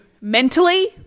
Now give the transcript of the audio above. mentally